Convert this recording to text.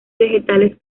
vegetales